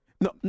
No